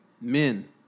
Men